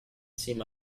seem